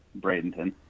Bradenton